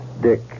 Dick